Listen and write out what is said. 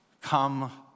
Come